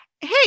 Hey